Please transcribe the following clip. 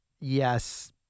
yes